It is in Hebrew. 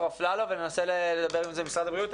אפללו וננסה לדבר על זה עם משרד הבריאות.